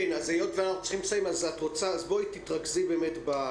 היות ואנחנו צריכים לסיים אנא תתרכזי במסקנות